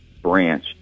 branch